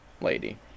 lady